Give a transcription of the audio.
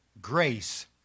grace